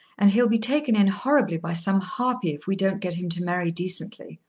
and he'll be taken in horribly by some harpy if we don't get him to marry decently.